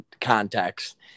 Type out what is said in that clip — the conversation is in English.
context